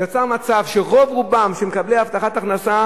נוצר מצב שרוב-רובם של מקבלי הבטחת הכנסה